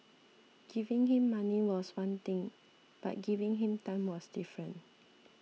giving him money was one thing but giving him time was different